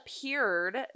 appeared